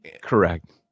Correct